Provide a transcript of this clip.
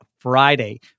Friday